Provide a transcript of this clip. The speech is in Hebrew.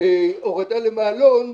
כהורדה למעלון,